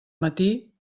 matí